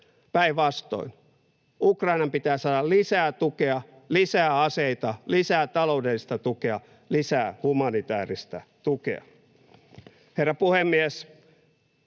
päinvastoin, Ukrainan pitää saada lisää tukea, lisää aseita, lisää taloudellista tukea, lisää humanitääristä tukea. Herra puhemies!